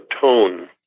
tone